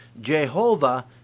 Jehovah